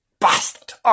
bastard